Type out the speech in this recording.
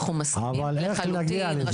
אנחנו מסכימים לחלוטין.